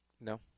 No